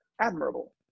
admirable